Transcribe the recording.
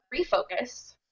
refocus